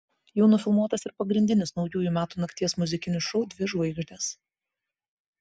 jau nufilmuotas ir pagrindinis naujųjų metų nakties muzikinis šou dvi žvaigždės